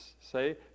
say